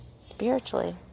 spiritually